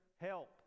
help